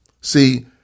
see